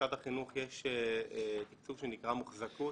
למשרד החינוך יש תקצוב שנקרא "מוחזקות",